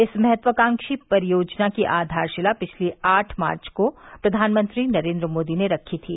इस महत्वाकांक्षी परियोजना की आधारशिला पिछली आठ मार्च को प्रधानमंत्री नरेन्द्र मोदी ने रखी थी